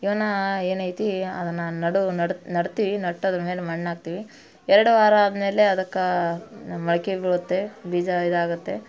ಇವನ್ನ ಏನು ಐತಿ ಅದನ್ನು ನಡು ನೆಡ್ತೀವಿ ನಟ್ಟು ಅದ್ರ ಮೇಲೆ ಮಣ್ಣು ಹಾಕ್ತಿವಿ ಎರಡು ವಾರ ಆದಮೇಲೆ ಅದಕ್ಕೆ ಮೊಳಕೆ ಬೀಳುತ್ತೆ ಬೀಜ ಇದಾಗುತ್ತೆ